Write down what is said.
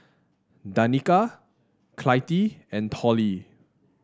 Danika Clytie and Tollie